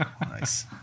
Nice